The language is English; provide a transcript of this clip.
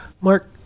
Mark